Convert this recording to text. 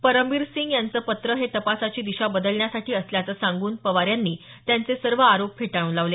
परमबीरसिंग यांचं पत्र हे तपासाची दिशा बदलण्यासाठी असल्याचं सांगून पवार यांनी त्यांचे सर्व आरोप फेटाळून लावले